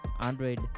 Android